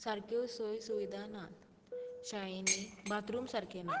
सारक्यो सोय सुविधा नात शाळेनीं बाथरूम सारके नात